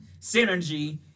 synergy